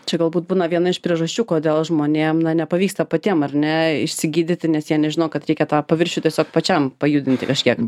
čia galbūt būna viena iš priežasčių kodėl žmonėm na nepavyksta patiem ar ne išsigydyti nes jie nežino kad reikia tą paviršių tiesiog pačiam pajudinti kažkiek